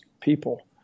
people